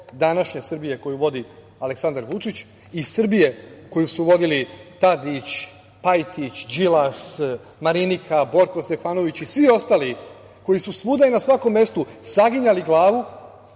današnje Srbije koju vodi Aleksandar Vučić i Srbije koju su vodili Tadić, Pajtić, Đilas, Marinika, Borko Stefanović i svi ostali koji su svuda i na svakom mestu saginjali glavu